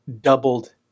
doubled